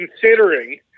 considering